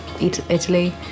Italy